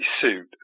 suit